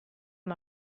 amb